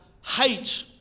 hate